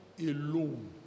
alone